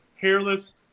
hairless